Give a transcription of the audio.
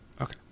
Okay